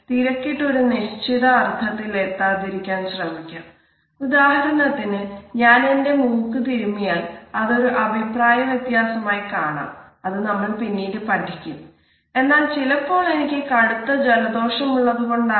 ഉദാഹരണത്തിന് ഞാൻ എന്റെ മൂക്ക് തിരുമ്മിയാൽ അതൊരു അഭിപ്രായവ്യത്യാസമായി കാണാം അത് നമ്മൾ പിന്നീട് പഠിക്കും എന്നാൽ ചിലപ്പോൾ എനിക്ക് കടുത്ത ജലദോഷം ഉള്ളത് കൊണ്ടാകാം